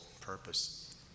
purpose